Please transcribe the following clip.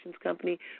company